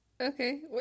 Okay